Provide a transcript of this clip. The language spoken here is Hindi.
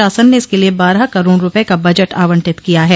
शासन ने इसके लिए बारह करोड़ रूपये का बजट आवंटित किया है